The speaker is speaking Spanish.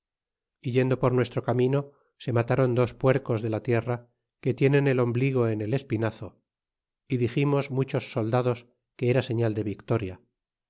yendo por nuestro camino se mataron dos puercos de la tierra que tienen el ombligo en el espinazo y diximos muchos soldados que era señal de victoria